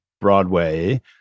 broadway